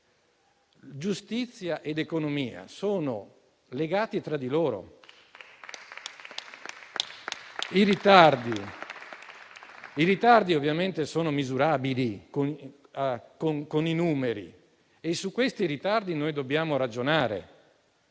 giustizia ed economia sono legate tra di loro. I ritardi ovviamente sono misurabili con i numeri e su tali ritardi dobbiamo ragionare.